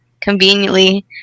conveniently